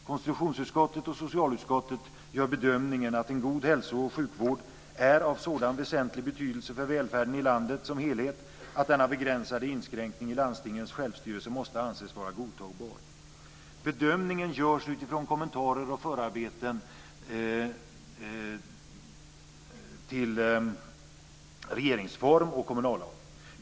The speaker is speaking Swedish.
Konstitutionsutskottet och socialutskottet gör bedömningen att en god hälso och sjukvård är av sådan väsentlig betydelse för välfärden i landet som helhet att denna begränsade inskränkning i landstingens självstyrelse måste anses vara godtagbar. Bedömningen görs utifrån kommentarer och förarbeten till regeringsform och kommunallag.